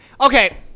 Okay